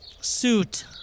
suit